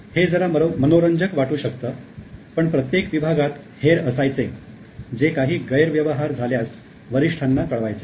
हे जरा मनोरंजक वाटू शकतं पण प्रत्येक विभागात हेर असायचे जे काही गैरव्यवहार झाल्यास वरिष्ठांना कळवायचे